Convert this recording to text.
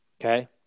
okay